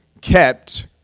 kept